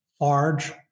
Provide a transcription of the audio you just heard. large